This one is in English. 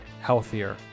healthier